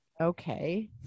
okay